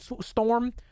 storm